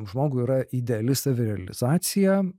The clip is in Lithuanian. žmogui yra ideali savirealizacija